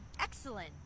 Excellent